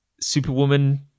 Superwoman